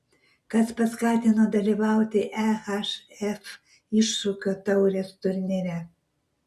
kas paskatino dalyvauti ehf iššūkio taurės turnyre